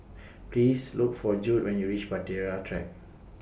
Please Look For Jude when YOU REACH Bahtera Track